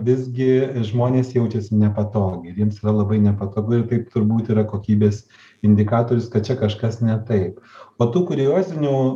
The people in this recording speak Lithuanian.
visgi žmonės jaučiasi nepatogiai ir jiems yra labai nepatogu ir taip turbūt yra kokybės indikatorius kad čia kažkas ne taip o tų kuriozinių